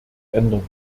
ändern